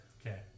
Okay